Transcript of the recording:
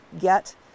get